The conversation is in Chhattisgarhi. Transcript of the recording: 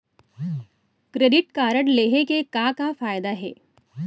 क्रेडिट कारड लेहे के का का फायदा हे?